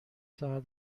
ساعت